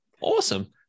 Awesome